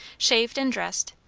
shaved and dressed,